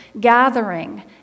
gathering